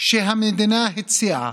הסכימו